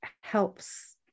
helps